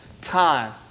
time